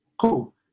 Cool